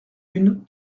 une